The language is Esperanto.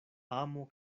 amo